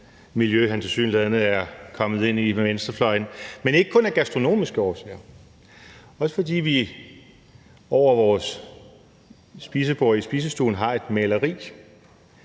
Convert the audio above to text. miljø, han tilsyneladende er kommet ind i med venstrefløjen, men også af andre end gastronomiske årsager, for vi har over vores spisebord i spisestuen et maleri,